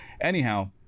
anyhow